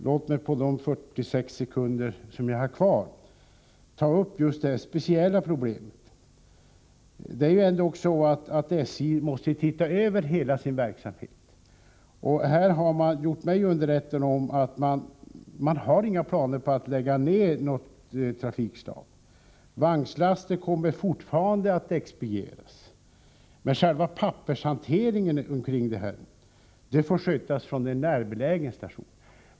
Låt mig på de sekunder som jag har kvar av min taletid ta upp just detta speciella problem. SJ måste ändå se över hela sin verksamhet. Man har underrättat mig om att man inte har några planer att lägga ned något trafikslag. Vagnslaster kommer fortfarande att expedieras, men själva pappershanteringen får skötas från en närbelägen station.